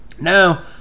Now